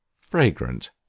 fragrant